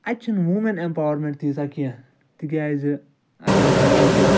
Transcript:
اَتہِ چھِنہٕ women empowerment تیٖژاہ کیٚنٛہہ تِکیٛازِ اَگر أسۍ وَنو کہِ